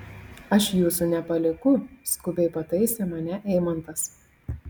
aš jūsų nepalieku skubiai pataisė mane eimantas